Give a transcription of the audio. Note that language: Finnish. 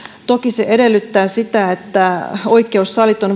toki se edellyttää sitä että oikeussalit on